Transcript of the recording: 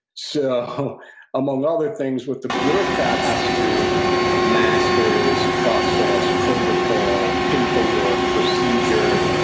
so among other things, what the bureaucrat has to master is process, protocol, paperwork, procedure,